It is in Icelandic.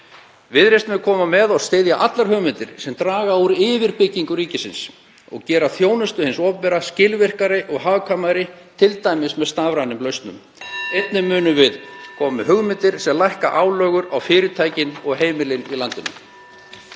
Viðreisn mun koma með og styðja allar hugmyndir sem draga úr yfirbyggingu ríkisins og gera þjónustu hins opinbera skilvirkari og hagkvæmari, t.d. með stafrænum lausnum. (Forseti hringir.) Einnig munum við koma með hugmyndir sem lækka álögur á fyrirtækin og heimilin í landinu.